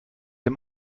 dem